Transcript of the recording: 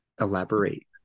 elaborate